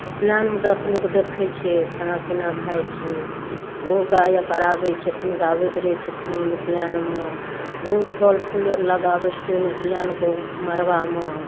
उपनयनमे दस लोक देखय छै खानापीना खाइ छै ओहो गायक अर आबै छथिन गाबैत रहै छथिन उपनयनमे ओ फल फूल अर लगाबै छथिन उपनयनके मड़बामे